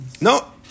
No